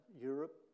Europe